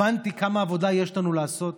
הבנתי כמה עבודה יש לנו לעשות